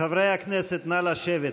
חברי הכנסת, נא לשבת.